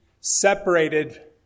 separated